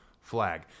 flag